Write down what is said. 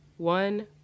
One